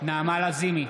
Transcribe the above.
לזימי,